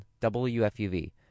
WFUV